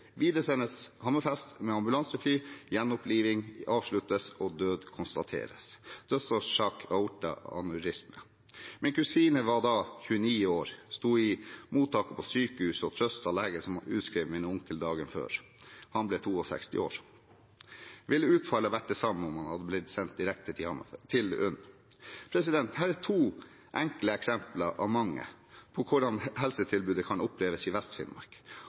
videresendes Hammerfest med ambulansefly, der gjenoppliving avsluttes og død konstateres. Dødsårsaken var aortaaneurisme. Min kusine som da var 29 år, sto i mottaket på sykehuset og trøstet legen som dagen før utskrev min onkel. Han ble 62 år. Ville utfallet ha vært det samme om han hadde blitt sendt direkte til UNN? Dette er to enkle eksempler – av mange – på hvordan helsetilbudet kan oppleves i